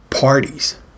parties